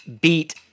beat